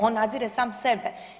On nadzire sam sebe.